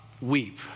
weep